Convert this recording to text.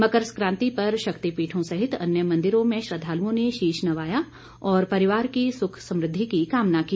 मकर सकांति पर शक्तिपीठों सहित अन्य मंदिरों में श्रद्वालुओं ने शीश नवाया और परिवार की सुख समृद्वि की कामना की